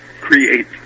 create